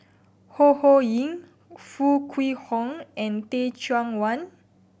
Ho Ho Ying Foo Kwee Horng and Teh Cheang Wan